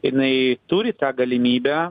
jinai turi tą galimybę